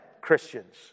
Christians